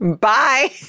bye